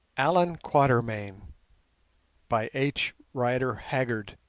allan quatermain by h. rider haggard